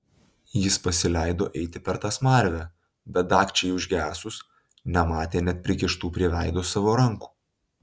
jis pasileido eiti per tą smarvę bet dagčiai užgesus nematė net prikištų prie veido savo rankų